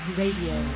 radio